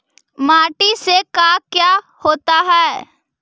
माटी से का क्या होता है?